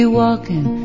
walking